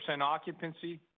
occupancy